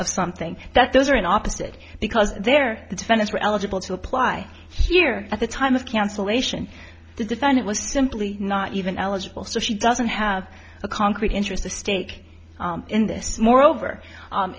of something that those are in opposite because they're the defendants are eligible to apply here at the time of cancellation the defendant was simply not even eligible so she doesn't have a concrete interest at stake in this moreover